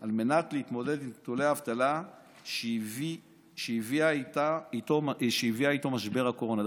על מנת להתמודד עם נתוני האבטלה שהביא איתו משבר הקורונה.